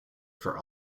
for